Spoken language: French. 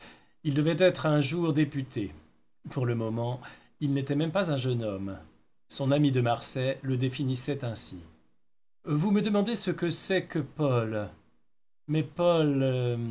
il devait être un jour député pour le moment il n'était même pas un jeune homme son ami de marsay le définissait ainsi vous me demandez ce que c'est que paul